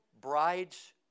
brides